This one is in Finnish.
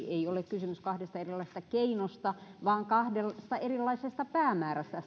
ole kahdesta erilaisesta keinosta vaan kahdesta erilaisesta päämäärästä